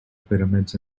pyramids